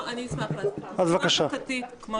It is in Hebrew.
אני אשמח להסביר.